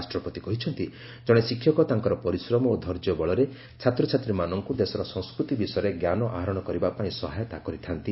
ରାଷ୍ଟ୍ରପତି କହିଛନ୍ତି ଜଣେ ଶିକ୍ଷକ ତାଙ୍କର ପରିଶ୍ରମ ଓ ଧୈର୍ଯ୍ୟ ବଳରେ ଛାତ୍ରଛାତ୍ରୀମାନଙ୍କୁ ଦେଶର ସଂସ୍କୃତି ବିଷୟରେ ଜ୍ଞାନ ଆହରଣ କରିବା ପାଇଁ ସହାୟତା କରିଥାନ୍ତି